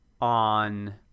on